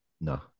No